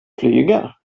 flyga